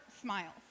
smiles